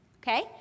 okay